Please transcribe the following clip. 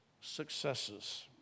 successes